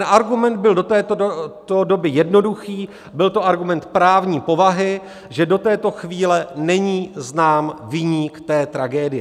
Argument byl do této doby jednoduchý, byl to argument právní povahy, že do této chvíle není znám viník té tragédie.